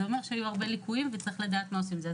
זה אומר שהיו הרבה ליקויים וצריך לדעת מה עושים עם זה.